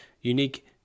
unique